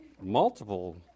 multiple